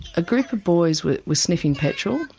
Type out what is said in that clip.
a group of boys were were sniffing petrol,